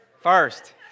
First